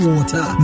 Water